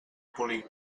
polir